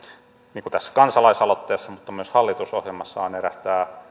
niin kuin tässä kansalaisaloitteessa myös hallitusohjelmassa on eräs